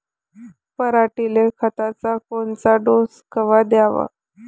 पऱ्हाटीले खताचा कोनचा डोस कवा द्याव?